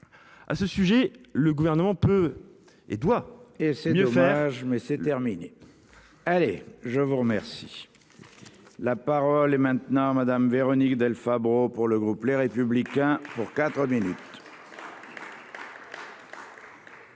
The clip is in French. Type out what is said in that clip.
À ce sujet le gouvernement peut et doit. Et c'est mieux faire mais c'est terminé. Allez je vous remercie. La parole est maintenant Madame Véronique Del Fabbro pour le groupe Les Républicains pour 4 minutes.